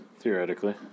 Theoretically